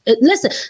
Listen